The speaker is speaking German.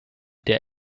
der